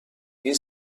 این